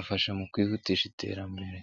afasha mu kwihutisha iterambere.